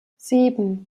sieben